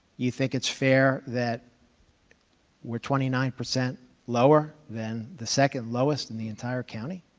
you think it's fair that we're twenty nine percent lower than the second lowest in the entire county?